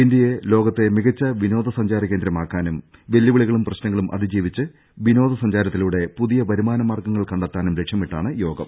ഇന്ത്യയെ ലോകത്തെ മികച്ച വിനോദ സഞ്ചാര കേന്ദ്രമാക്കാനും വെല്ലുവിളികളും പ്രശ്നങ്ങളും അതിജീവിച്ച് വിനോദസഞ്ചാരത്തിലൂടെ പുതിയ വരുമാനമാർഗ്ഗങ്ങൾ കണ്ടെത്താനും ലക്ഷ്യമിട്ടാണ് യോഗം